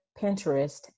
Pinterest